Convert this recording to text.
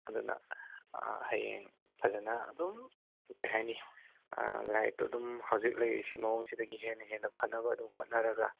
ꯑꯗꯨꯅ ꯍꯌꯦꯡ ꯐꯖꯅ ꯑꯗꯨꯝ ꯀꯔꯤ ꯍꯥꯏꯅꯤ ꯂꯥꯏꯔꯤꯛꯇꯨ ꯑꯗꯨꯝ ꯍꯧꯖꯤꯛ ꯍꯧꯖꯤꯛ ꯂꯩꯔꯤꯁꯤ ꯃꯑꯣꯡꯁꯤꯗꯒꯤ ꯍꯦꯟꯅ ꯍꯦꯟꯅ ꯐꯅꯕ ꯑꯗꯨꯝ ꯍꯣꯠꯅꯔꯒ